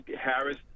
Harris